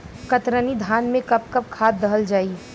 कतरनी धान में कब कब खाद दहल जाई?